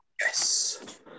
Yes